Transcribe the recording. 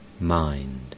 mind